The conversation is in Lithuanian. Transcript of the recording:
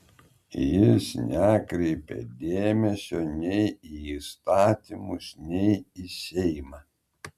jis nekreipia dėmesio nei į įstatymus nei į seimą